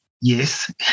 yes